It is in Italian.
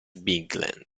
bigland